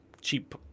cheap